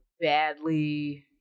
badly